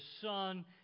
son